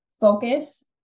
focus